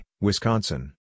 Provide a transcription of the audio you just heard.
Wisconsin